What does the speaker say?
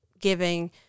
giving